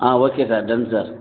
okay sir done sir